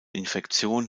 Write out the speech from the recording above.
infektion